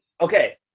Okay